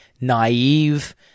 naive